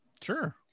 Sure